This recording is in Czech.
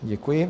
Děkuji.